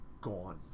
gone